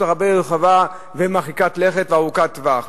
הרבה יותר רחבה ומרחיקת לכת וארוכת טווח.